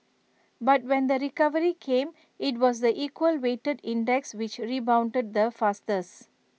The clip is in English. but when the recovery came IT was the equal weighted index which rebounded the fastest